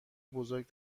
بزرگ